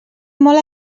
molt